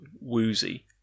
woozy